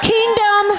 Kingdom